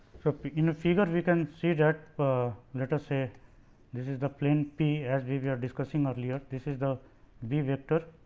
in a figure we can see that let us say this is the plane p as we we were discussing earlier, this is the b vector